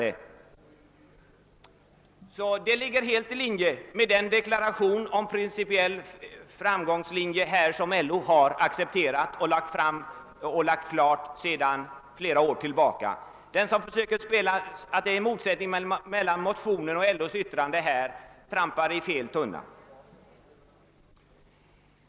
Det ligger alltså helt i linje med den principiella deklaration om hur man skall gå till väga som LO gjort för flera år sedan. Den som försöker göra gällande att det föreligger en motsättning mellan motionen och LO:s yttrande på denna punkt trampar i galen tunna.